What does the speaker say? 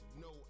no